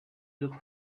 look